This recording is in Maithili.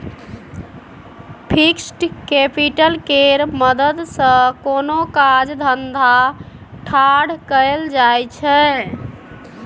फिक्स्ड कैपिटल केर मदद सँ कोनो काज धंधा ठाढ़ कएल जाइ छै